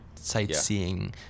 sightseeing